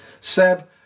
Seb